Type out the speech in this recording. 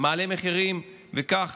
מעלה מחירים, וכך